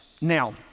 Now